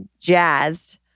jazzed